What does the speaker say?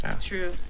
true